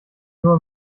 nur